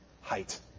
height